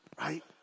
Right